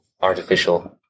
artificial